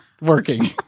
working